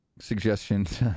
Suggestions